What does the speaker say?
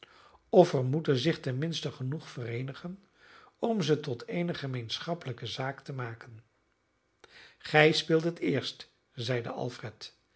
of er moeten zich ten minste genoeg vereenigen om ze tot eene gemeenschappelijke zaak te maken gij speelt het eerst zeide alfred